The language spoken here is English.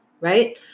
right